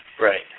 Right